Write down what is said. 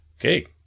Okay